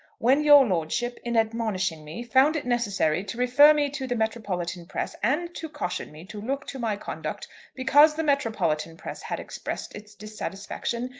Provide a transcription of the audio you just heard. when your lordship, in admonishing me, found it necessary to refer me to the metropolitan press, and to caution me to look to my conduct because the metropolitan press had expressed its dissatisfaction,